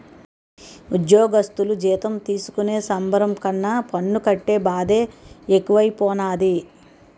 ఉజ్జోగస్థులు జీతం తీసుకునే సంబరం కన్నా పన్ను కట్టే బాదే ఎక్కువైపోనాది